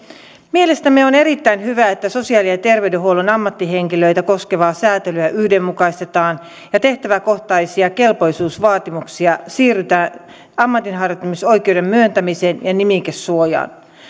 mielestämme on erittäin hyvä että sosiaali ja terveydenhuollon ammattihenkilöitä koskevaa säätelyä yhdenmukaistetaan ja tehtäväkohtaisista kelpoisuusvaatimuksista siirrytään ammatinharjoittamisoikeuden myöntämiseen ja nimikesuojaan